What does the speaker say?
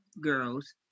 girls